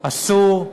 אסור,